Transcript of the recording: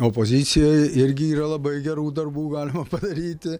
opozicijoj irgi yra labai gerų darbų galima padaryti